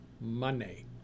money